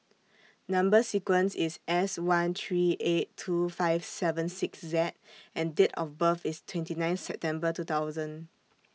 Number sequence IS S one three eight two five seven six Z and Date of birth IS twenty nine September two thousand